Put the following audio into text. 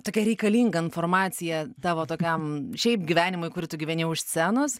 tokia reikalinga informacija tavo tokiam šiaip gyvenimui kur tu gyveni už scenos